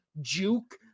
juke